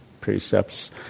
precepts